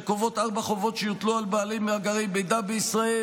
שקובעת ארבע חובות שיוטלו על בעלי מאגרי מידע בישראל,